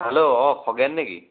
hello অঁ খগেন নেকি